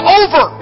over